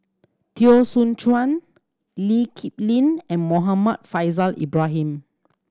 Teo Soon Chuan Lee Kip Lin and Muhammad Faishal Ibrahim